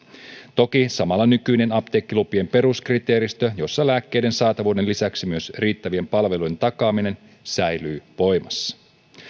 toki samalla nykyinen apteekkilupien peruskriteeristö jossa lääkkeiden saatavuuden lisäksi on myös riittävien palveluiden takaaminen säilyy voimassa